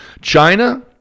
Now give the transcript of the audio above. China